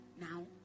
now